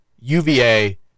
UVA